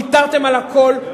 ויתרתם על הכול,